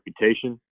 reputation